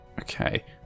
Okay